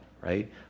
right